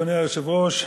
אדוני היושב-ראש,